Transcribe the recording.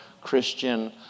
Christian